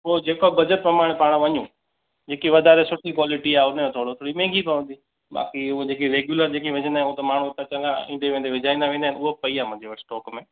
पो जेको बजेट प्रमाणे पाण वञूं जेकी वधारे सुठी कॉलेटी आहे उनजो थोरो थोरी महांगी पवंदी बाकी जेकी हूअ रेग्यूलर जेकी विझंदा आहियूं हूअ त माण्हूं इतां चङा ईंदे वेंदे विझाईंदा वेंदा आहिनि हूअ बि पई आहे मुंहिंजे वटि स्टॉक में